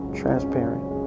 transparent